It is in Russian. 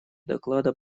доклада